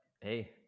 hey